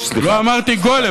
לא אמרתי "גולם".